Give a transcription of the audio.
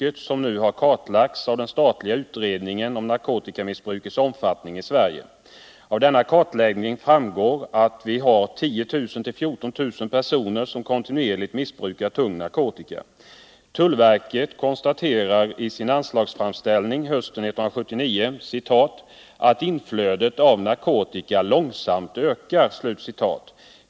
Detta har nyligen kartlagts av den statliga utredningen om narkotikamissbrukets omfattning i Sverige. Av denna kartläggning framgår att vi har 10 000-14 000 personer som kontinuerligt missbrukar tung narkotika. Tullverket konstaterar i sin anslagsframställning hösten 1979 ”att inflödet av narkotika långsamt ökar”.